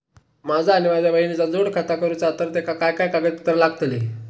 माझा आणि माझ्या बहिणीचा जोड खाता करूचा हा तर तेका काय काय कागदपत्र लागतली?